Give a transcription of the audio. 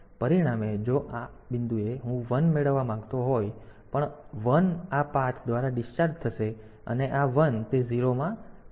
પરિણામે જો હું આ બિંદુએ 1 મેળવવા માંગુ તો પણ આ 1 આ પાથ દ્વારા ડિસ્ચાર્જ થશે અને આ 1 તે 0 માં સંશોધિત થશે